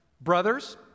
Brothers